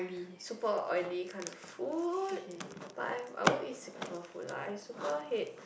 super oily kinds of food but I won't I won't eat sick people food lah I super hate